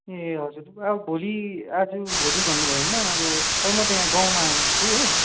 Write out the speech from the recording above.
ए हजुर अब भोलि आज भोलि भन्नुभयो होइन अब खै म त यहाँ गाँउमा आएको छु हो